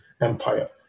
Empire